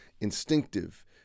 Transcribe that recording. instinctive